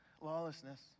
Lawlessness